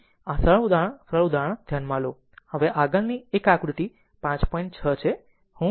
તેથી આ સરળ ઉદાહરણ સરળ ઉદાહરણ હવે આગળની એક આકૃતિ 5